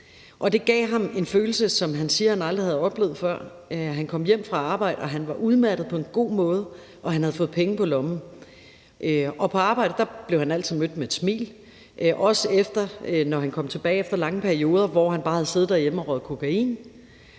det gav ham en følelse, som han siger at han aldrig havde oplevet før. Han kom hjem fra arbejde, og han var udmattet på en god måde, og han havde fået penge på lommen. På arbejdet blev han altid mødt med et smil, også når han kom tilbage efter lange perioder, hvor han bare havde siddet derhjemme og røget kokain.